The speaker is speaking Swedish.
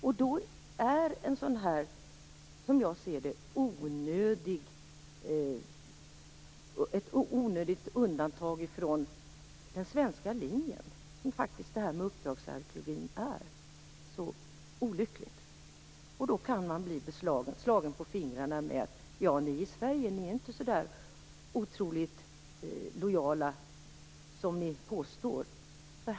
Därför är ett sådant här - som jag ser det - onödigt undantag från den svenska linjen som detta med uppdragsarkeologin utgör, så olyckligt. Då kan man bli slagen på fingrarna med: Ja, ni i Sverige är inte så otroligt lojala som ni påstår.